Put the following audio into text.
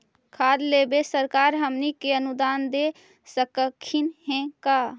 खाद लेबे सरकार हमनी के अनुदान दे सकखिन हे का?